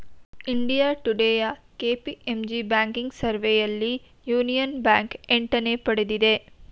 India ಟುಡೇಯ KPMG banking ಸರ್ವೆಯಲ್ಲಿ Union Bank ಎಂಟನೇ ಪಡೆದಿದೆ